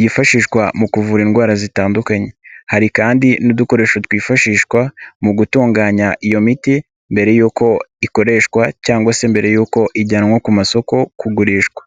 yifashishwa mu kuvura indwara zitandukanye, hari kandi n'udukoresho twifashishwa mu gutunganya iyo miti mbere yuko ikoreshwa cyangwa se mbere yuko ijyanwa ku masoko kugurishwa.